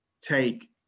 take